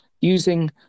using